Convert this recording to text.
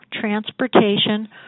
transportation